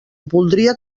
voldria